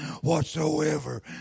whatsoever